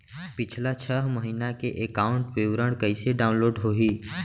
पिछला छः महीना के एकाउंट विवरण कइसे डाऊनलोड होही?